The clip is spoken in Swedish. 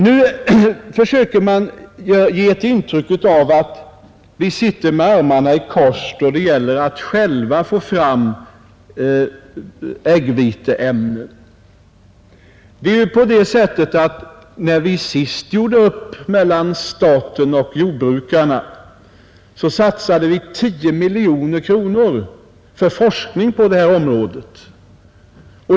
Nu försöker man ge ett intryck av att vi sitter med armarna i kors då det gäller att själva få fram äggviteämnen. När vi senast gjorde upp mellan staten och jordbrukarna satsade vi 10 miljoner kronor för forskning på detta område.